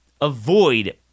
avoid